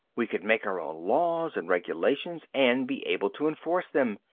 we could make our own laws and regulations and be able to enforce them.